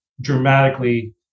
dramatically